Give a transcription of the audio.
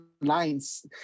lines